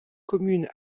communes